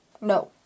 No